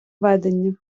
ведення